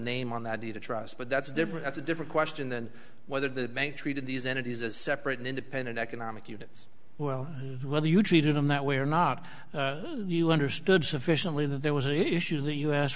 name on that deed of trust but that's different that's a different question than whether the bank treated these entities as separate and independent economic units well whether you treated them that way or not you understood sufficiently that there was an issue t